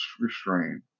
restrain